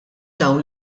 dawn